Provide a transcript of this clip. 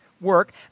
work